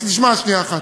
אז תשמע שנייה אחת.